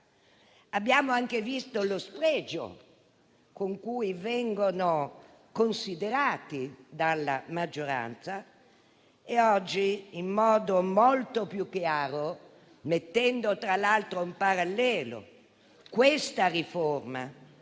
abbiamo anche visto lo spregio con cui vengono considerati dalla maggioranza e oggi, in modo molto più chiaro, mettendo tra l'altro in parallelo questa riforma